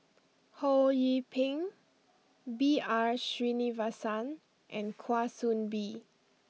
Ho Yee Ping B R Sreenivasan and Kwa Soon Bee